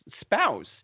spouse